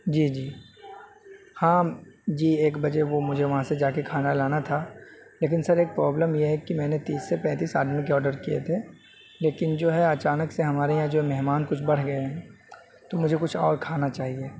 جی جی ہاں جی ایک بجے وہ مجھے وہاں سے جا کے کھانا لانا تھا لیکن سر ایک پرابلم یہ ہے کہ میں نے تیس سے پینتیس آدمیوں کے آڈر کیے تھے لیکن جو ہے اچانک سے ہمارے یہاں جو مہمان کچھ بڑھ گئے ہیں تو مجھے کچھ اور کھانا چاہیے